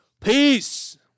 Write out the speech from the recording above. Peace